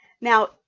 Now